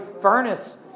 furnace